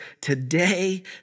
today